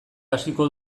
hasiko